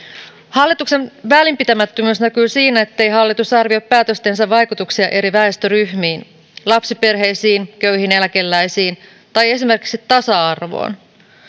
hallituksen välinpitämättömyys näkyy siinä ettei hallitus arvioi päätöstensä vaikutuksia eri väestöryhmiin kuten lapsiperheisiin ja köyhiin eläkeläisiin tai esimerkiksi tasa arvoon